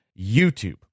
YouTube